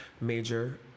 Major